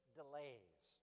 delays